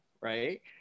right